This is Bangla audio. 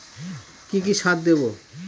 কি কি সার দেবো?